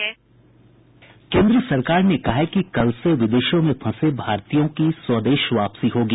केन्द्र सरकार ने कहा है कि कल से विदेशों में फंसे भारतीयों की स्वदेश वापसी होगी